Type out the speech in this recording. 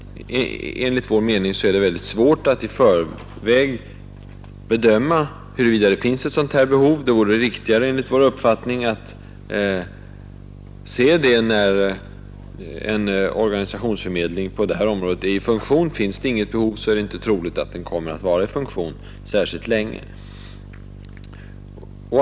Enligt vår mening är det mycket svårt att i förväg bedöma huruvida det finns ett sådant behov. Det vore enligt vår uppfattning riktigare att se det, när en organisationsförmedling på detta område är i funktion. Finns det inget behov, är det inte troligt att den kommer att vara i funktion särskilt länge.